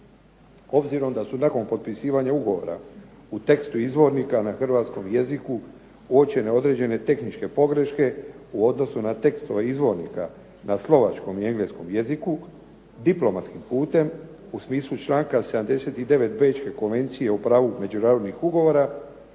Obzirom da su nakon potpisivanja ugovora u tekstu izvornika na hrvatskom jeziku uočene određene tehničke pogreške u odnosu na tekstove izvornika na slovačkom i engleskom jeziku diplomatskim putem u smislu članka 79. Bečke konvencije o pravu međunarodnih ugovora